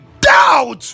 doubt